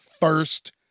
first